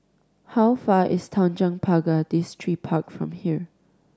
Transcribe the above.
how far is Tanjong Pagar Distripark from here